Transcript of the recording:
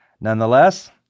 Nonetheless